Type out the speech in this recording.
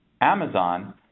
Amazon